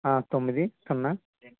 తొమ్మిది సున్నా